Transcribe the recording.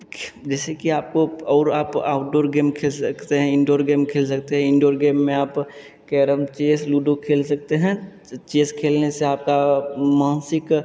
जैसे कि आपको और आप आउटडोर गेम खेल सकते हैं इंडोर गेम खेल सकते हैं इंडोर गेम में आप कैरम चेस लूडो खेल सकते हैं चेस खेलने से आपका मानसिक